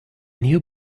new